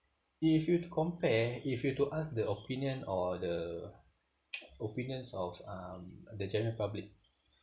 if you were to compare if you were to ask the opinion or the opinions of um the general public